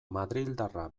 madrildarra